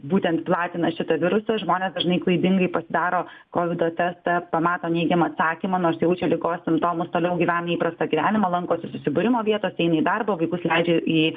būtent platina šitą virusą žmonės dažnai klaidingai pasidaro kovido testą pamato neigiamą atsakymą nors jaučia ligos simptomas toliau gyvena įprastą gyvenimą lankosi susibūrimo vietose eina į darbą vaikus leidžia į